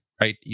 right